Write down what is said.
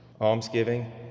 almsgiving